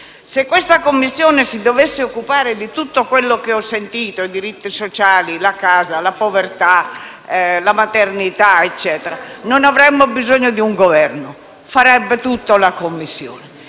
Se questa Commissione si dovesse occupare di tutto quello che ho sentito, ossia i diritti sociali, la casa, la povertà, la maternità e quant'altro, non avremmo bisogno di un Governo: farebbe tutto la Commissione.